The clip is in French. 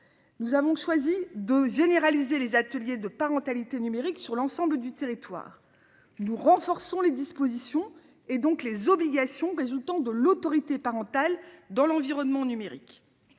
Nous avons choisi de généraliser les ateliers de parentalité numérique sur l'ensemble du territoire, nous renforçons les dispositions et donc les obligations résultant de l'autorité parentale dans l'environnement numérique.